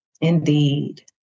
Indeed